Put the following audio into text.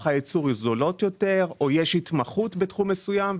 הייצור זולות יותר או יש התמחות בתחום מסוים,